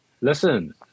Listen